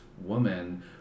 woman